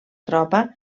tropa